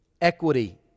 equity